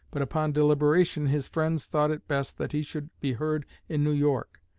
but upon deliberation his friends thought it best that he should be heard in new york.